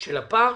של הפארק?